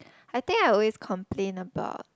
I think I always complain about